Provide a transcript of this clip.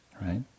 right